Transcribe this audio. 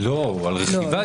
לא, על רכיבה